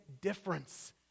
difference